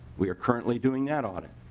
we are currently doing that audit.